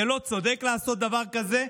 זה לא צודק לעשות דבר כזה.